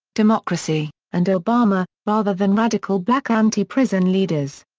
democracy, and obama, rather than radical black anti-prison leaders.